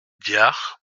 diard